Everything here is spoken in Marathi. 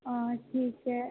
ठीक आहे